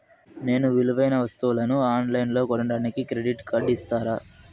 నేను విలువైన వస్తువులను ఆన్ లైన్లో కొనడానికి క్రెడిట్ కార్డు ఇస్తారా?